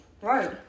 Right